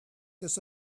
this